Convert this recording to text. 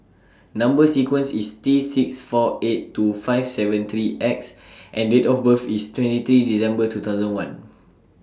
Number sequence IS T six four eight two five seven three X and Date of birth IS twenty three December two thousand one